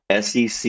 SEC